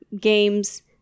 games